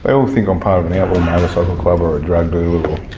they all think i'm part of an outlaw motorcycle club or or a drug dealer,